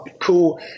cool